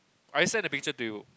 I send the picture to you